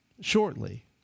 shortly